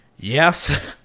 Yes